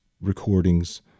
recordings